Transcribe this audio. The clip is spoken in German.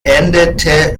endete